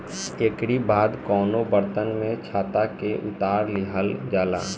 एकरी बाद कवनो बर्तन में छत्ता के उतार लिहल जाला